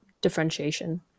differentiation